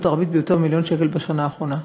ערבית ביותר ממיליון שקל בשנה האחרונה.